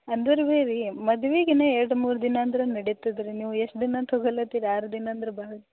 ಅಂದರೆ ಭೀ ರೀ ಮದ್ವೆಗೆನೆ ಎರಡು ಮೂರು ದಿನ ಅಂದ್ರೆ ನಡಿತದೆ ರೀ ನೀವು ಎಷ್ಟು ದಿನ ತಗೊಳ್ಳತ್ತೀರಿ ಆರು ದಿನ ಅಂದ್ರೆ ಭಾಳ